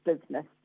business